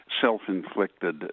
self-inflicted